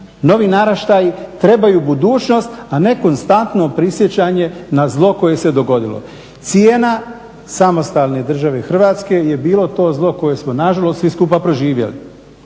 novi naraštaji trebaju budućnost a ne konstantno prisjećanje na zlo koje se dogodilo. Cijena samostalne države Hrvatske je bilo to zlo koje smo na žalost svi skupa proživjeli.